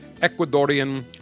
Ecuadorian